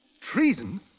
Treason